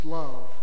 love